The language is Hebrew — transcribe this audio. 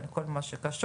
על כל מה שקשור,